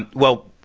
and well,